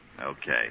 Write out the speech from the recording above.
Okay